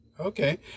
Okay